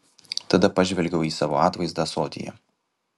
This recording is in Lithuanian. tada pažvelgiau į savo atvaizdą ąsotyje